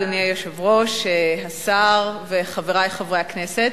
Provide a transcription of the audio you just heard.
אדוני היושב-ראש, השר וחברי חברי הכנסת,